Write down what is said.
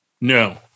No